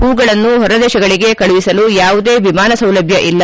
ಹೂ ಗಳನ್ನು ಹೊರದೇಶಗಳಿಗೆ ಕಳುಹಿಸಲು ಯಾವುದೇ ವಿಮಾನ ಸೌಲಭ್ದ ಇಲ್ಲ